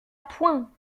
point